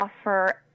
offer